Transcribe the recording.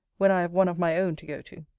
when i have one of my own to go to.